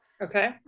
Okay